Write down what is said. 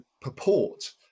purport